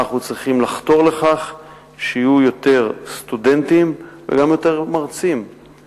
אנחנו צריכים לחתור לכך שיהיו יותר סטודנטים וגם יותר מרצים,